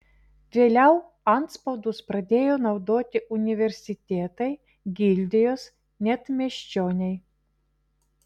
vėliau antspaudus pradėjo naudoti universitetai gildijos net miesčioniai